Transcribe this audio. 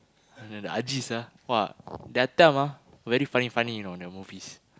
the Ajis !wah! their time ah very funny funny you know the movies